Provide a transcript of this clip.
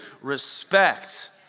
respect